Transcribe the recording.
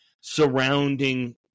surrounding